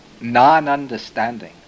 non-understanding